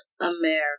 America